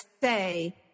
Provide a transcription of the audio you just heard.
say